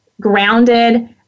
grounded